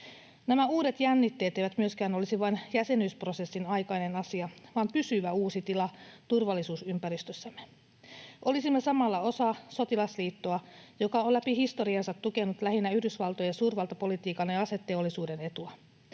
Nämä uudet jännitteet eivät myöskään olisi vain jäsenyysprosessin aikainen asia vaan pysyvä uusi tila turvallisuusympäristössämme. Olisimme samalla osa sotilasliittoa, joka on läpi historiansa tukenut lähinnä Yhdysvaltojen suurvaltapolitiikan ja aseteollisuuden etua.